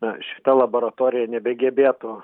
na šita laboratorija nebegebėtų